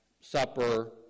supper